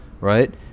right